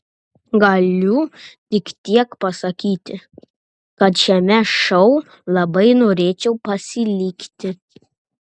galiu tik tiek pasakyti kad šiame šou labai norėčiau pasilikti